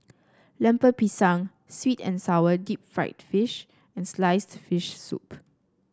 Lemper Pisang sweet and sour Deep Fried Fish and sliced fish soup